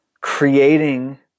creating